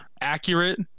Accurate